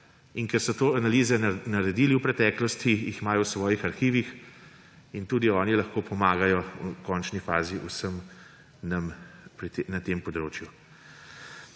in ker so te analize naredili v preteklosti, jih imajo v svojih arhivih in tudi oni lahko pomagajo v končni fazi vsem nam na tem področju.